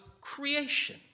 creation